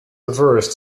averse